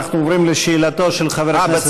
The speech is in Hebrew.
אנחנו עוברים לשאלתו של חבר הכנסת סאלח סעד.